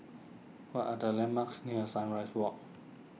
what are the landmarks near Sunrise Walk